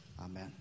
Amen